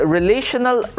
relational